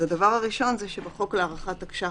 אז הדבר הראשון הוא שבחוק להארכת תקש"ח